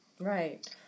Right